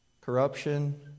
corruption